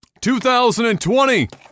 2020